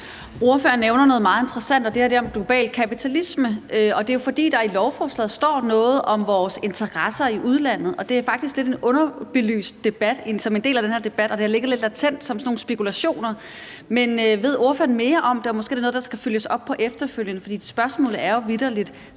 Ordføreren nævner noget meget interessant, og det er det med global kapitalisme. Det er jo, fordi der i lovforslaget står noget om vores interesser i udlandet, og det er faktisk en lidt underbelyst del af den her debat, og det har ligget lidt latent som sådan nogle spekulationer. Men ved ordføreren mere om det? Måske er det noget, der skal følges op på efterfølgende, for spørgsmålet er jo vitterlig: